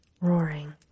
roaring